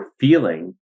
feeling